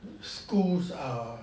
schools are